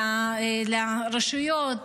לרשויות,